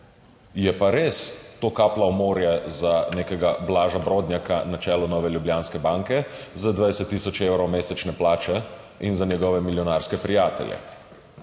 Je pa res to kaplja v morje za nekega Blaža Brodnjaka na čelu Nove Ljubljanske banke z 20 tisoč evri mesečne plače in za njegove milijonarske prijatelje.